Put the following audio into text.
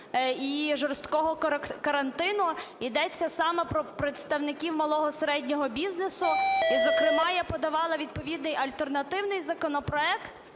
і жорсткого карантину. Йдеться саме про представників малого і середнього бізнесу. І зокрема я подавала відповідний альтернативний законопроект.